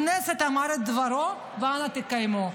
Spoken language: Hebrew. הכנסת אמרה את דברה, ואנא, תקיימו.